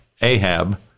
Ahab